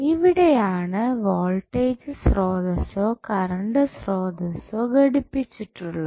ഇവിടെ ആണ് വോൾടേജ് സ്രോതസ്സോ കറണ്ട് സ്രോതസ്സോ ഘടിപ്പിച്ചിട്ടുള്ളത്